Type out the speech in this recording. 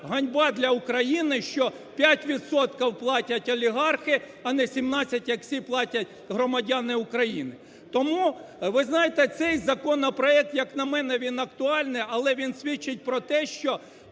ганьба для України, що 5 відсотків платять олігархи, а не 17, як всі платять, громадяни України. Тому, ви знаєте, цей законопроект як на мене він актуальний, але він свідчить про те, що